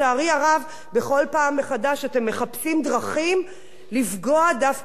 בכל פעם מחדש אתם מחפשים דרכים לפגוע דווקא בערוצים האלה,